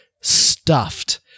stuffed